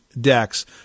decks